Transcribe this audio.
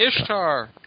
Ishtar